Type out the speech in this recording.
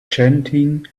chanting